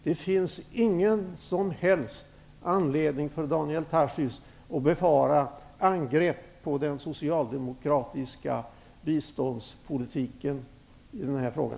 Det finns ingen som helst anledning för Daniel Tarschys att befara angrepp på den socialdemokratiska biståndspolitiken i den här frågan.